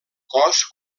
cos